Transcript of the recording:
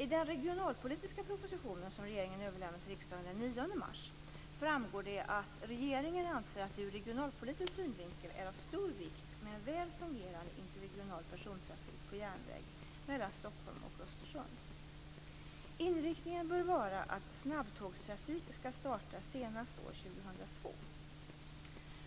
I den regionalpolitiska propositionen, som regeringen överlämnade till riksdagen den 9 mars, framgår det att regeringen anser att det ur regionalpolitisk synvinkel är av stor vikt med en väl fungerande interregional persontrafik på järnväg mellan Stockholm och Östersund. Inriktningen bör vara att snabbtågstrafik skall starta senast år 2002.